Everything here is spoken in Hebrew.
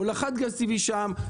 הולכת גז טבעי שם,